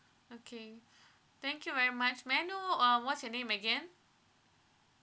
okay thank you very much may I know uh what's your name again